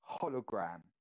hologram